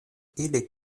ili